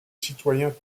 citoyens